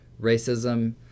racism